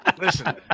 Listen